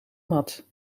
mat